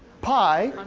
pi